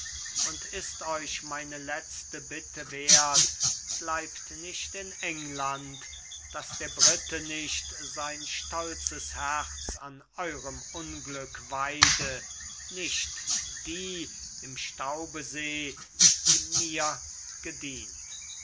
und ist euch meine letzte bitte wert bleibt nicht in england daß der brite nicht sein stolzen herz an eurem unglück weide nicht die im staube seh die mir gedient